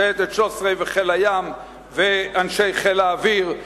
שייטת 13 וחיל הים ואנשי חיל האוויר,